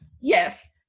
Yes